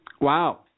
Wow